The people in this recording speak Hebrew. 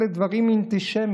אלה דברים אנטישמיים.